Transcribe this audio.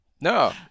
no